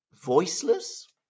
voiceless